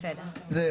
בסדר.